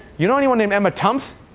you know anyone named emma tumps?